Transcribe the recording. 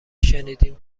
شنیدیم